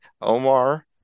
Omar